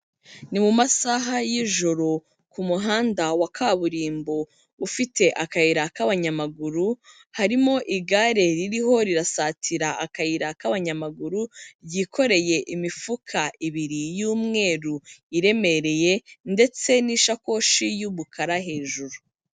Ni mu masaha y'ijoro ku muhanda wa kaburimbo ufite akayira k'abanyamaguru, harimo igare ririho rirasatira akayira k'abanyamaguru, ryikoreye imifuka ibiri y'umweru iremereye ndetse n'ishakoshi y'umukara hejuru.